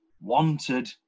wanted